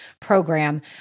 program